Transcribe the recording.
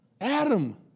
Adam